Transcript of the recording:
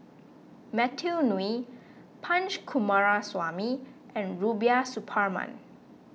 Matthew Ngui Punch Coomaraswamy and Rubiah Suparman